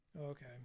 okay